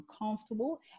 uncomfortable